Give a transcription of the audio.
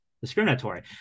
Discriminatory